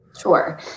Sure